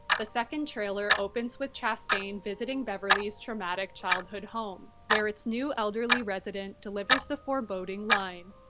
the second trailer opens with chastain visiting beverly's traumatic childhood home, where its new elderly resident delivers the foreboding line.